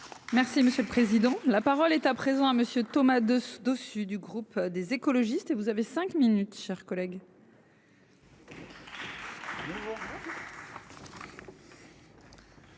Merci monsieur le président. La parole est à présent à monsieur Thomas de dessus du groupe des écologistes et vous avez 5 minutes, chers collègues.